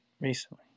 recently